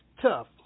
tough